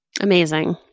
Amazing